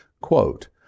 quote